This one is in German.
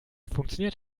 funktioniert